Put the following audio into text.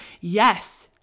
Yes